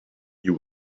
you